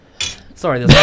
Sorry